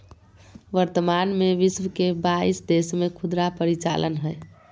वर्तमान में विश्व के बाईस देश में खुदरा परिचालन हइ